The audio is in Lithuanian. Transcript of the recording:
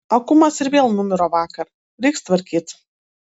akumas ir vėl numiro vakar reiks tvarkyt